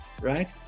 right